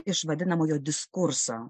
iš vadinamojo diskurso